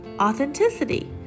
authenticity